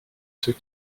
ceux